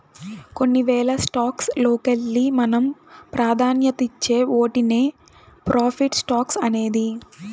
కొన్ని వేల స్టాక్స్ లోకెల్లి మనం పాదాన్యతిచ్చే ఓటినే ప్రిఫర్డ్ స్టాక్స్ అనేది